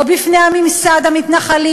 לא בפני ממסד המתנחלים,